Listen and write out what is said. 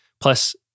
Plus